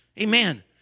Amen